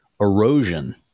erosion